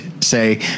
say